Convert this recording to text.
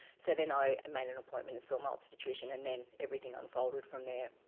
so then i made an appointment and saw my obstetrician and then everything unfolded from there.